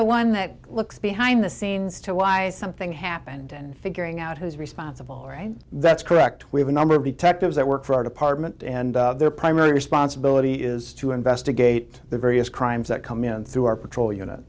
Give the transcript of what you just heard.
the one that looks behind the scenes to why something happened and figuring out who's responsible that's correct we have a number of the tech tips that work for our department and their primary responsibility is to investigate the various crimes that come in through our patrol unit